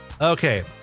Okay